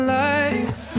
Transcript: life